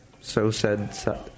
so-said